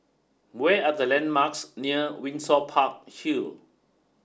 way are the landmarks near Windsor Park Hill